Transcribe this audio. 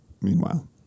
Meanwhile